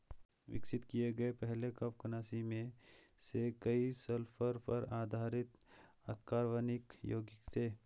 विकसित किए गए पहले कवकनाशी में से कई सल्फर पर आधारित अकार्बनिक यौगिक थे